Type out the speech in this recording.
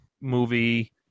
movie